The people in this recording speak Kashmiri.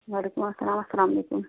وعلیکُم اَسلام اَسَلامُ علیکُم